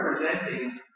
representing